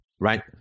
right